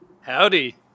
Howdy